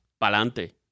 Palante